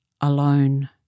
alone